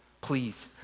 please